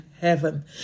heaven